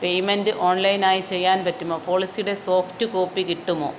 payment ഓൺലൈനായി ചെയ്യാൻ പറ്റുമോ പോളിസിയുടെ സോഫ്റ്റ് കോപ്പി കിട്ടുമോ